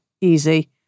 easy